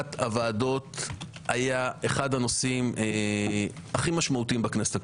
חלוקת הוועדות היה אחד הנושאים הכי משמעותיים בכנסת הקודמת.